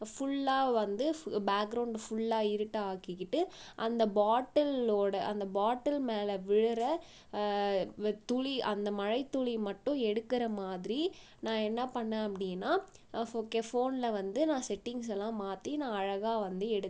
ஃபுல்லா வந்து full background ஃபுல்லாக இருட்டா ஆக்கிக்கிட்டு அந்த பாட்டில்லோடய அந்த பாட்டில் மேலே விழுகிற வ துளி அந்த மழைத்துளி மட்டும் எடுக்கிற மாதிரி நான் என்ன பண்ணிணேன் அப்படின்னா ஃபோ கே ஃபோன்னில் வந்து நான் செட்டிங்ஸ் எல்லாம் மாற்றி நான் அழகாக வந்து எடுத்தேன்